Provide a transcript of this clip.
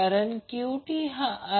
तर e π 1 ही एक रियल संख्या आहे